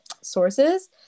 sources